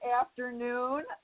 afternoon